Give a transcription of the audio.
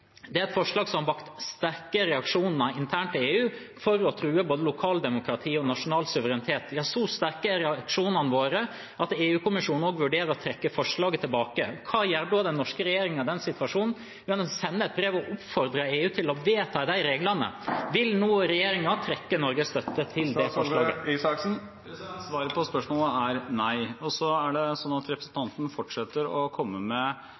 Det er et forslag som har vakt sterke reaksjoner internt i EU, for å true både lokaldemokrati og nasjonal suverenitet. Ja, så sterke har reaksjonene vært at EU-kommisjonen nå vurderer å trekke forslaget tilbake. Hva gjør den norske regjeringen i den situasjonen? Jo, den sender et brev og oppfordrer EU til å vedta de reglene. Vil nå regjeringen trekke Norges støtte til det forslaget? Svaret på spørsmålet er nei. Representanten fortsetter å komme med ikke riktige påstander – det er vel en parlamentarisk måte å